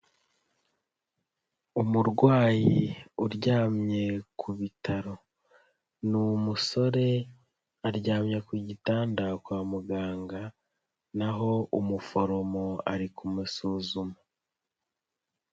Umurwayi uryamye ku bitaro, ni umusore aryamye ku gitanda kwa muganga na ho umuforomo ari kumusuzuma.